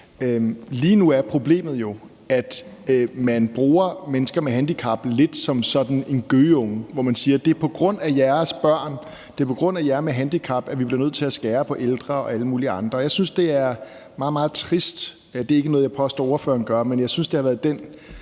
Lige nu er problemet jo, at man bruger mennesker med handicap lidt som en gøgeunge. Man siger: Det er på grund af jeres børn og på grund af jer med handicap, at vi bliver nødt til at skære på ældre og alle mulige andre. Jeg synes, at det er meget, meget trist. Det er ikke noget, jeg påstår at ordføreren gør, men jeg synes, at det er den